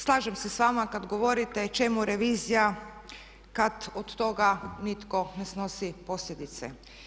Slažem se s vama kad govorite čemu revizija kad od toga nitko ne snosi posljedice.